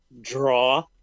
draw